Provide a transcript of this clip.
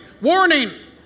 warning